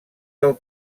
del